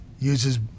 uses